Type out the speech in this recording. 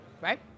right